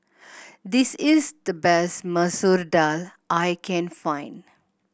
this is the best Masoor Dal I can find